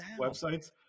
websites